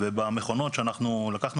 ובלי שום דבר מפריע.